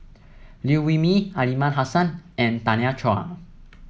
Liew Wee Mee Aliman Hassan and Tanya Chua